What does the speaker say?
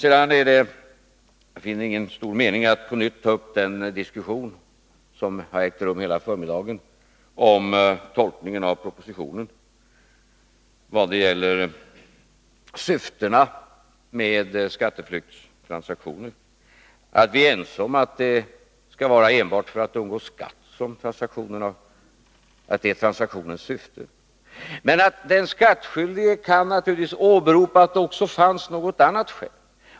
Jag finner ingen större mening i att på nytt ta upp den diskussion som har ägt rum hela förmiddagen om tolkningen av propositionen vad gäller syftena med skatteflyktstransaktioner. Vi är ense om att transaktionens syfte — för att generalklausulen skall kunna tillämpas — skall vara att undgå skatt. Men den skattskyldige kan naturligtvis åberopa att det också finns något annat skäl.